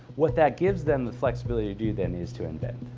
what that gives them the flexibility to do then is to invent.